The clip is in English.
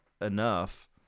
enough